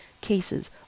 cases